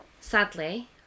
sadly